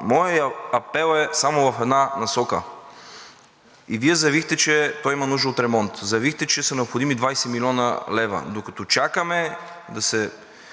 Моят апел е само в една насока. И Вие заявихте, че той има нужда от ремонт. Заявихте, че са необходими 20 млн. лв., докато чакаме да се